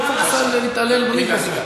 לא צריך סתם להתעלל במיקרופון.